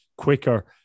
quicker